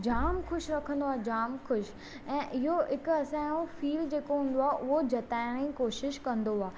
जाम ख़ुशि रखंदो आहे जाम ख़ुशि ऐं इहो हिकु असांजो फील जेको हूंदो आहे उहो जताइण जी कोशिशि कंदो आहे